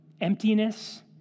emptiness